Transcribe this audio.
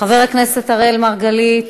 חבר הכנסת אראל מרגלית,